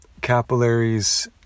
capillaries